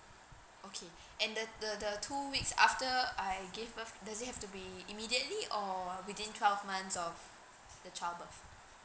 okay and the the the two weeks after I give birth does it have to be immediately or within twelve months of the child birth